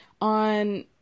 on